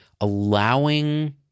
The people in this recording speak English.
allowing